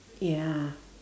ya